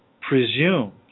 presumes